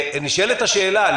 נשאלת השאלה,